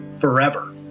forever